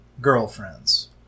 girlfriends